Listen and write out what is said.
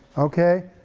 okay,